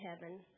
heaven